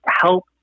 help